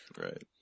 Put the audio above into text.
Right